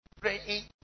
praying